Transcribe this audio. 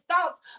thoughts